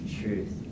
truth